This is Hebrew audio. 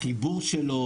החיבור שלו,